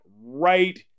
right